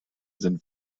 sind